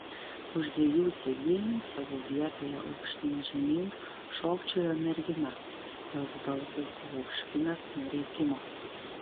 už dviejų sėdynių savo vietoje aukštyn žemyn šokčiojo mergina jos balsas buvo užkimęs nuo rėkimo